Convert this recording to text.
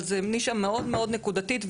אבל זו נישה מאוד מאוד נקודתית,